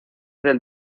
del